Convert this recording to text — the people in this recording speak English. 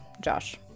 Josh